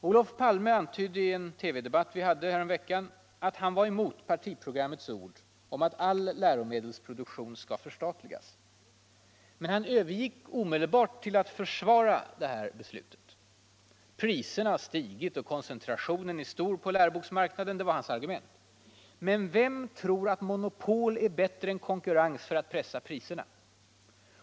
Olof Palme antydde i en TV-debatt som vi hade häromveckan att han var emot partiprogrammets ord om att all läromedelsproduktion skall förstatligas. Men han övergick omedelbart till att försvara det beslutet. Priserna har stigit och koncentrationen är stor på läroboksmarknaden, var hans argument. Men vem tror att monopol är bättre än konkurrens för att pressa priserna?